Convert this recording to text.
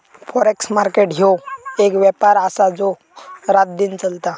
forex market ह्यो एक व्यापार आसा जो रातदिन चलता